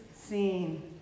scene